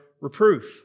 reproof